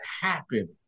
happen